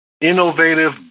innovative